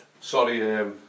Sorry